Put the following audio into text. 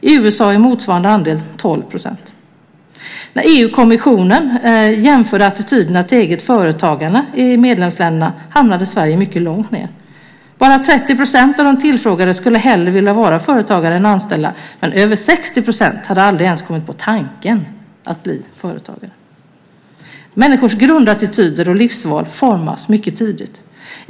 I USA är motsvarande andel 12 %. När EU-kommissionen jämförde attityderna till eget företagande i medlemsländerna hamnade Sverige mycket långt ned. Bara 30 % av de tillfrågade skulle hellre vilja vara företagare än anställda, men över 60 % hade aldrig ens kommit på tanken att bli företagare. Människors grundattityder och livsval formas mycket tidigt.